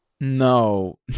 No